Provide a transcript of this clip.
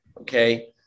okay